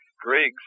Griggs